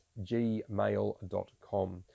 gmail.com